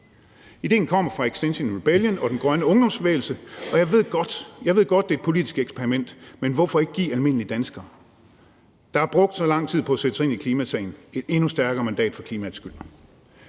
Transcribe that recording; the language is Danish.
Idéen kommer fra Extinction Rebellion og den grønne ungdomsbevægelse. Og jeg ved godt, det er et politisk eksperiment, men hvorfor ikke give almindelige danskere, der har brugt så lang tid på at sætte sig ind i klimasagen, et endnu stærkere mandat for klimaets skyld?